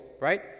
right